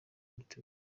mitiweli